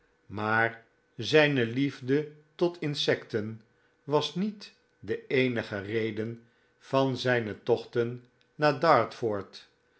maar zijne liefde tot insecten was niet de eenige reden van zijne tochten naar dartford